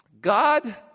God